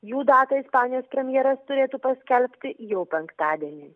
jų datą ispanijos premjeras turėtų paskelbti jau penktadienį